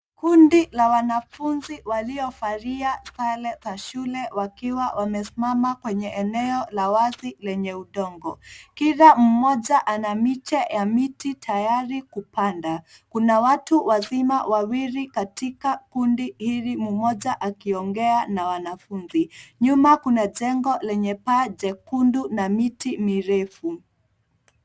Kundi la wanafunzi walio valia sare za shule wakiwa wamesimama kwenye eneo la wazi lenye udongo. Kila mmoja ana miche ya miti tayari kupanda. Kuna watu wazima wawili katika kundi hili mmoja akiongea na wanafunzi. Nyuma kuna jengo lenye paa jekundu na miti mirefu.